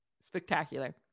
spectacular